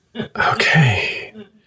Okay